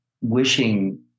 wishing